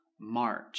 march